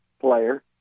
player